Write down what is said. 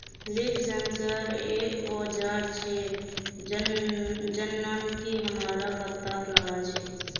leaf sensor एक औजार छेक जननकी हमरा पत्ततात लगा छी